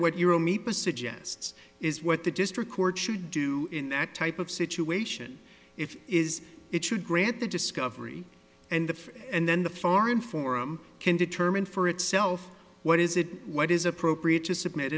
what your own me pursued jests is what the district court should do in that type of situation if is it should grant the discovery and the and then the foreign forum can determine for itself what is it what is appropriate to submit